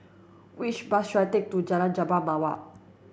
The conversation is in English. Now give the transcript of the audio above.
which bus should I take to Jalan Jambu Mawar